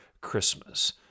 Christmas